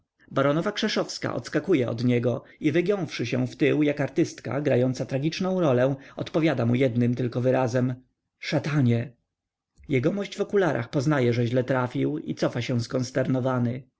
koszta baronowa krzeszowska odskakuje od niego i wygiąwszy się wtył jak artystka grająca tragiczną rolę odpowiada mu jednym tylko wyrazem szatanie jegomość w okularach poznaje że źle trafił i cofa się